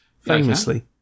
Famously